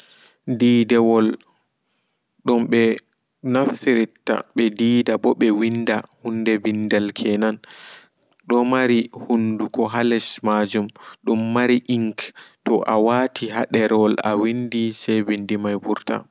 Deedawol dum ɓe naftira ɓe deeda ɓo ɓe winda hunde dido kenan domari hunduko ha less maajum dum mari ink toa wati a less awindi se ɓindi mai vurta.